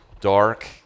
dark